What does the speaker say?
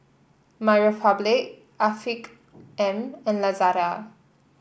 MyRepublic Afiq M and Lazada